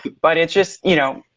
but it's just you know,